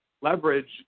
leverage